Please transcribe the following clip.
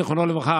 זיכרונו לברכה,